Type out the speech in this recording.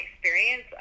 experience